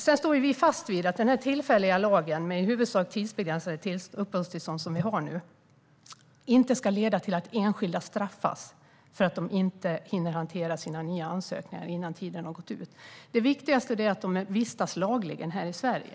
Vi står fast vid att den tillfälliga lag med i huvudsak tidsbegränsade uppehållstillstånd som vi har nu inte ska leda till att enskilda straffas för att de inte hinner hantera sina nya ansökningar innan tiden har gått ut. Det viktigaste är att de vistas lagligt här i Sverige.